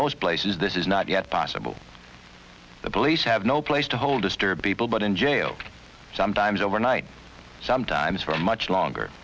most places this is not yet possible the police have no place to hold disturb people but in jail sometimes overnight sometimes for much longer